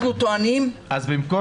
אנחנו טוענים למרות מה שכתוב --- אז במקום